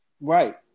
Right